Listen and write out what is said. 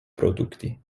produkti